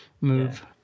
move